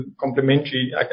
complementary